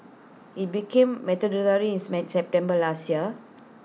IT became mandatory in September last year